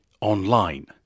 online